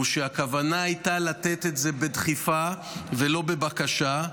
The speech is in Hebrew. שהכוונה הייתה לתת את זה בדחיפה ולא בבקשה,